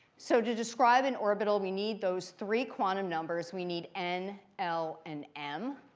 so to describe an orbital, we need those three quantum numbers. we need n, l, and m.